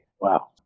Wow